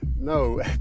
No